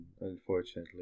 unfortunately